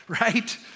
right